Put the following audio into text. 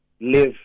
live